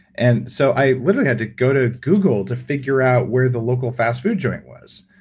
and so i literally had to go to google to figure out where the local fast food joint was,